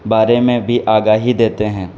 بارے میں بھی آگاہی دیتے ہیں